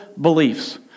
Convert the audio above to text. beliefs